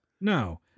No